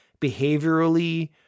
behaviorally